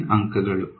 N ಅಂಕಗಳು